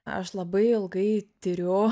aš labai ilgai tiriu